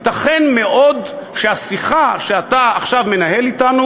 ייתכן מאוד שהשיחה שאתה עכשיו מנהל אתנו